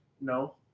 No